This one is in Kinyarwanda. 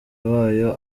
wayo